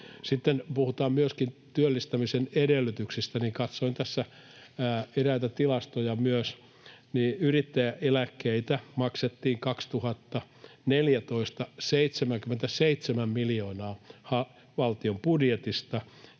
puhutaan myöskin työllistämisen edellytyksistä, niin kun katsoin tässä eräitä tilastoja myös, niin yrittäjäeläkkeitä maksettiin 77 miljoonaa valtion budjetista